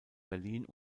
berlin